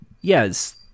Yes